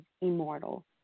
immortal